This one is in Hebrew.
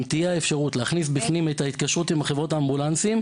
אם תהיה אפשרות להכניס את ההתקשרות עם חברות האמבולנסים,